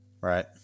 Right